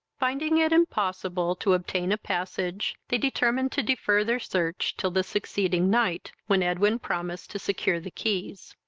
finding it impossible to obtain a passage, they determined to defer their search till the succeeding night, when edwin promised to secure the keys.